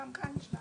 גם כאן יש בעיה.